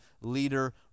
leader